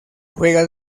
juega